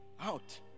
Out